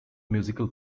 musical